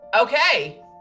Okay